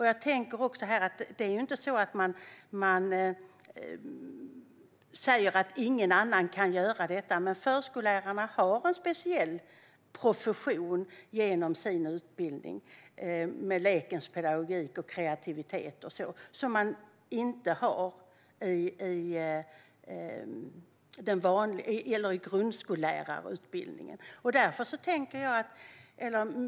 Man säger ju inte att ingen annan kan göra detta, men förskollärarna har en speciell profession genom sin utbildning, med lekens pedagogik och kreativitet, som man inte har i grundskollärarutbildningen.